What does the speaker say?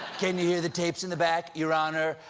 can you hear the tapes in the back? your honor,